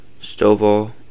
Stovall